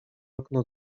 okno